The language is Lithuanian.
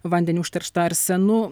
vandenį užterštą arsenu